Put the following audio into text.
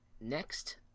next